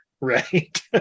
Right